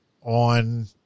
on